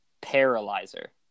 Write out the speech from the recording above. Paralyzer